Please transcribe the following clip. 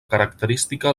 característica